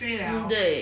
mm 对